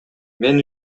мен